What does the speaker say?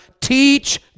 teach